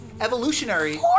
Evolutionary